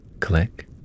click